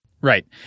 Right